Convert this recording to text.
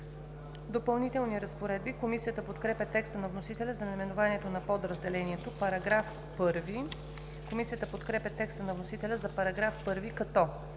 „Допълнителни разпоредби“. Комисията подкрепя текста на вносителя за наименованието на подразделението. Комисията подкрепя текста на вносителя за § 1, като: